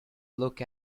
look